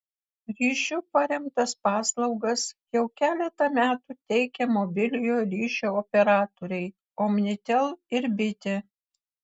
ryšiu paremtas paslaugas jau keletą metų teikia mobiliojo ryšio operatoriai omnitel ir bitė